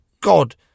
God